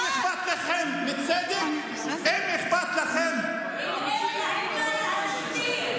אם אכפת לכם מצדק, אם אכפת לכם, אין מה להסכים.